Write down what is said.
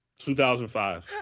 2005